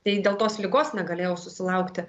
tai dėl tos ligos negalėjau susilaukti